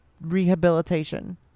rehabilitation